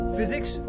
Physics